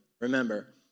remember